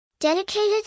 Dedicated